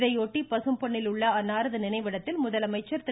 இதையொட்டி பசும்பொன்னில் உள்ள அன்னாரது நினைவிடத்தில் முதலமைச்சர் திரு